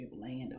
land